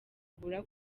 abura